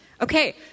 Okay